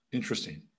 interesting